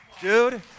Dude